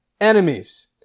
enemies